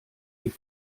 die